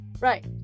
Right